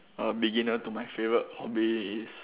a beginner to my favourite hobby is